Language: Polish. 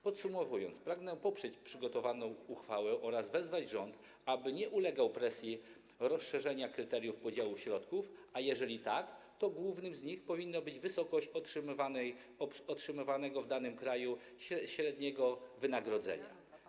Podsumowując, pragnę poprzeć przygotowaną uchwałę oraz wezwać rząd, aby nie ulegał presji rozszerzenia kryteriów podziału środków, a jeżeli tak, to głównym z nich powinna być wysokość otrzymywanego w danym kraju średniego wynagrodzenia.